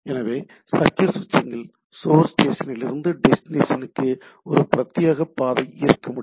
எனவே சர்க்யூட் சுவிட்சிங்ல் சோர்ஸ் ஸ்டேஷனிலிருந்து டெஸ்டினேஷனக்கு ஒரு பிரத்யேக பாதை இருக்க வேண்டும்